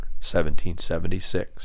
1776